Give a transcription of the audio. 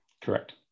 Correct